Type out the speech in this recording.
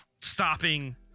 stopping